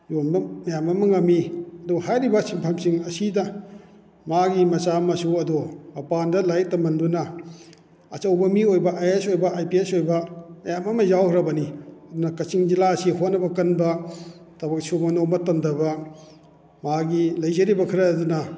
ꯌꯣꯟꯕ ꯃꯌꯥꯝ ꯑꯃ ꯉꯝꯃꯤ ꯑꯗꯨ ꯍꯥꯏꯔꯤꯕ ꯁꯤꯟꯐꯝꯁꯤꯡ ꯑꯁꯤꯗ ꯃꯥꯒꯤ ꯃꯆꯥ ꯃꯁꯨ ꯑꯗꯣ ꯃꯄꯥꯟꯗ ꯂꯥꯏꯔꯤꯛ ꯇꯝꯍꯟꯗꯨꯅ ꯑꯆꯧꯕ ꯃꯤ ꯑꯣꯏꯕ ꯑꯥꯏ ꯑꯦ ꯑꯦꯁ ꯑꯣꯏꯕ ꯑꯥꯏ ꯄꯤ ꯑꯦꯁ ꯑꯣꯏꯕ ꯃꯌꯥꯝ ꯑꯃ ꯌꯥꯎꯈ꯭ꯔꯕꯅꯤ ꯑꯗꯨꯅ ꯀꯛꯆꯤꯡ ꯖꯤꯂꯥ ꯑꯁꯤ ꯍꯣꯠꯅꯕ ꯀꯟꯕ ꯊꯕꯛ ꯁꯨꯕ ꯅꯣꯝꯕ ꯇꯟꯗꯕ ꯃꯥꯒꯤ ꯂꯩꯖꯔꯤꯕ ꯈꯔ ꯑꯗꯨꯅ